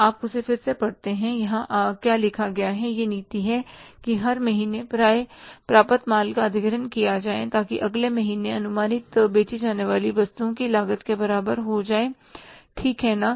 आप उसे फिर से पढ़ते हैं यहां क्या लिखा गया है यह नीति है कि हर महीने पर्याप्त माल का अधिग्रहण किया जाए ताकी अगले महीने अनुमानित बेची जाने वाली वस्तुओं की लागत के बराबर हो जाए ठीक है ना